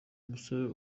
musore